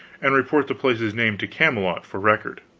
and report the place's name to camelot for record.